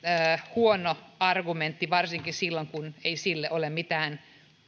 huono argumentti varsinkin silloin kun sille ei ole mitään